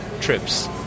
trips